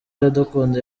iradukunda